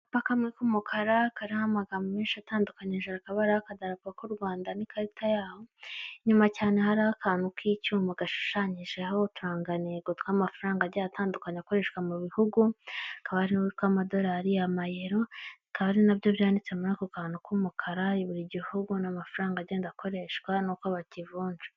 Akapa kamwe k'umukara kariho kariho amagambo menshi atandukanye hejuru hakaba hariho akadarapo ku Rwanda ni karita yaho nyuma cyane hariho akantu kicyuma gashushanyijeho uturangantego tw'amafaranga agiye atandukanye akoreshwa mu bihugu hakaba hariho utwamadorari, amayero akaba ari nabyo byanditse muri ako kantu k'umukara buri gihugu n'amafaranga agenda akoreshwa nuko bakivunja.